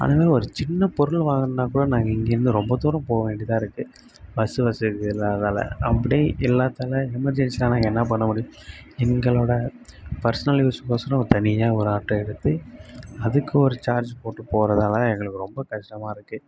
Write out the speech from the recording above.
அதனால் ஒரு சின்னப் பொருள் வாங்கணும்னாக்கூட நாங்கள் இங்கேயிருந்து ரொம்ப தூரம் போக வேண்டியதாக இருக்கு பஸ்ஸு வசதி இல்லாதால் அப்படி எல்லாத்தால எமர்ஜென்ஸியினால என்ன பண்ண முடியும் எங்களை விட பர்ஷனல் யூஸுக்கு கொசரம் தனியாக ஒரு ஆட்டோ எடுத்து அதுக்கு ஒரு சார்ஜ் போட்டுப் போகிறதால எங்களுக்கு ரொம்ப கஷ்டமாக இருக்கு